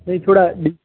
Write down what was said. नहीं थोड़ा